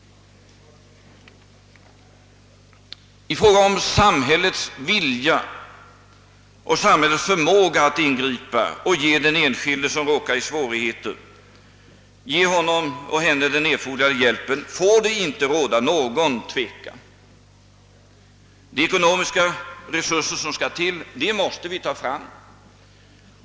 I fråga om samhällets vilja och samhällets förmåga att ingripa och ge den enskilde som råkar i svårigheter den erforderliga hjälpen får det inte råda något tvivel. De ekonomiska resurser som skall till måste vi skaffa fram.